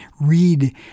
Read